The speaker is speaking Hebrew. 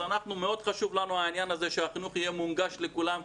מאוד חשוב לנו העניין הזה שהחינוך יהיה מונגש לכולם,